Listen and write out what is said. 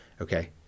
okay